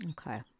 Okay